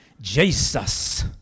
Jesus